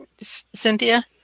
Cynthia